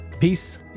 Peace